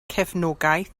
cefnogaeth